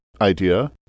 idea